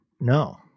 No